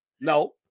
no